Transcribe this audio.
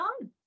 on